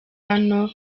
hano